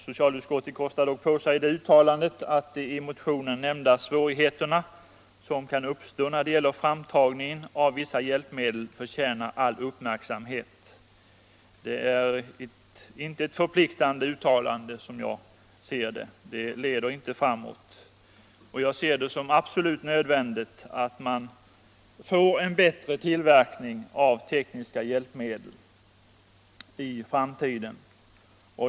Socialutskottet kostar dock på sig det uttalandet att ”de i motionen nämnda svårigheterna som kan uppstå när det gäller framtagningen av vissa hjälpmedel förtjänar all uppmärksamhet”. Det är ett till intet förpliktande uttalande såsom jag ser det. Det leder inte framåt. Jag anser det absolut nödvändigt att vi får till stånd en bättre tillverkning av tekniska hjälpmedel i framtiden.